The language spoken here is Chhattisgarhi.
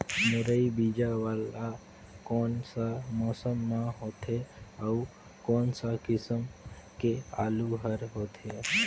मुरई बीजा वाला कोन सा मौसम म लगथे अउ कोन सा किसम के आलू हर होथे?